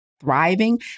thriving